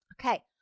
Okay